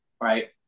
right